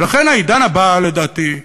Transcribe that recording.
ולכן, העידן הבא, לדעתי,